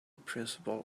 principle